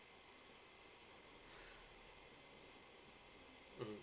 mm